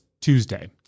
Tuesday